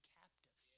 captive